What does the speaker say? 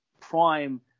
prime